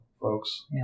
folks